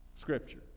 Scripture